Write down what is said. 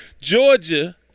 Georgia